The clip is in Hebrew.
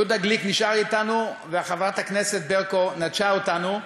יהודה גליק נשאר אתנו וחברת הכנסת ברקו נטשה אותנו.